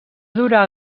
durà